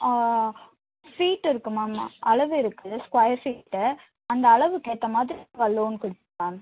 ஆ feet இருக்குது ma'am அளவு இருக்குது ஸ்கொயர் ஃபீட்டு அந்த அளவுக்கு ஏற்றமாதிரி நாங்கள் லோன் கொடுப்போம் மேம்